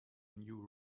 new